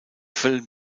film